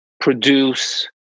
produce